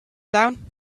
down